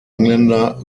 engländer